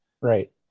Right